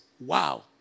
Wow